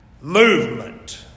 movement